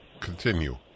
continue